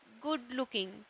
good-looking